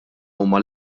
huma